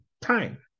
time